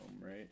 right